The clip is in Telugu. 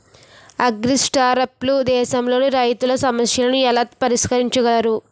అగ్రిస్టార్టప్లు దేశంలోని రైతుల సమస్యలను ఎలా పరిష్కరించగలవు?